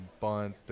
bunt